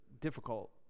difficult